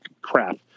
crap